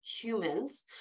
humans